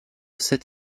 sept